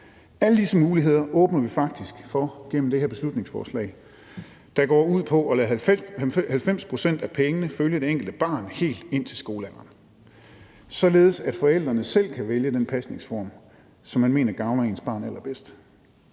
Alle disse muligheder åbner vi faktisk for gennem det her beslutningsforslag, der går ud på at lade 90 pct. af pengene følge det enkelte barn helt indtil skolealderen, således at forældrene selv kan vælge den pasningsform, som man mener gavner ens barn allerbedst.